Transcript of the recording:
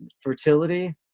fertility